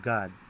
God